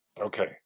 okay